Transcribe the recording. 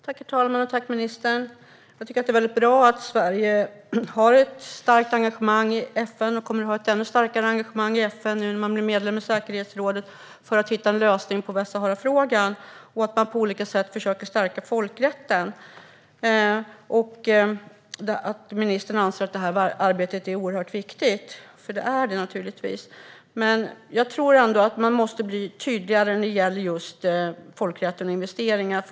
Herr talman! Tack, ministern! Jag tror ändå att man måste bli tydligare när det gäller just folkrätten och investeringar.